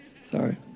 Sorry